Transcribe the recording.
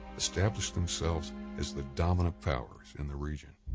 established themselves as the dominant powers in the region.